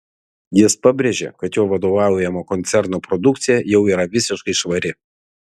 jis pabrėžė kad jo vadovaujamo koncerno produkcija jau yra visiškai švari